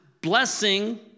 blessing